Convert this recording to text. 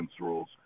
rules